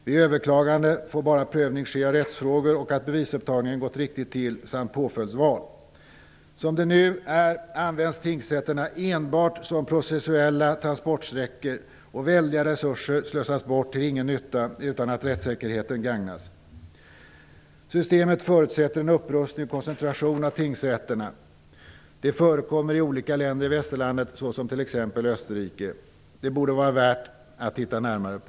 Vid överklagande får bara prövning av rättsfrågor ske - att bevisupptagning gått riktigt till samt påföljdsval. Som det nu är används tingsrätterna enbart som processuella transportsträckor, och väldiga resurser slösas bort till ingen nytta utan att rättssäkerheten gagnas. Systemet förutsätter en upprustning och koncentration av tingsrätterna. Det förekommer i olika länder i västerlandet, t.ex. i Österrike, och borde vara värt att titta närmare på.